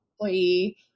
employee